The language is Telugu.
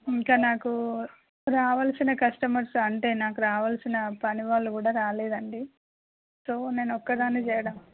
ఇంకా నాకు రావాల్సిన కస్టమర్స్ అంటే నాకు రావాల్సిన పనివాళ్ళు కూడా రాలేదండి సొ నేను ఒక్కదాన్నే చేయడం